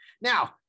Now